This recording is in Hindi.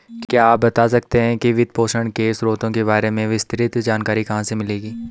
क्या आप बता सकते है कि वित्तपोषण के स्रोतों के बारे में विस्तृत जानकारी कहाँ से मिलेगी?